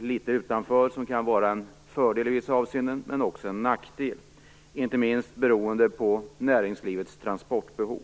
litet utanför. Det kan vara en fördel i vissa avseenden men också en nackdel, inte minst beroende på näringslivets transportbehov.